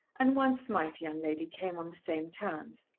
and one smijth young lady came on the same terms.